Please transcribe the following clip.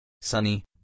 Sunny